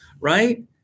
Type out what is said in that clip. Right